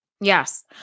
Yes